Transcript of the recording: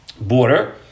border